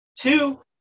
Two